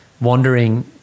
wondering